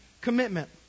commitment